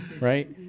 right